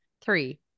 three